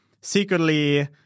secretly